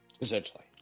essentially